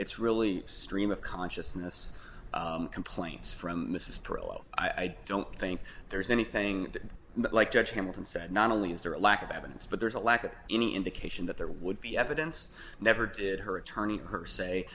it's really stream of consciousness complaints from mrs pearl i don't think there's anything like judge hamilton said not only is there a lack of evidence but there's a lack of any indication that there would be evidence never did her attorney her say